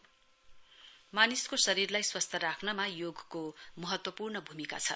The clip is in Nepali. योगा मानिसको शरीरलाई स्वस्थ राख्नमा योगको महत्वपूर्ण भूमिका छ